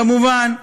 כמובן,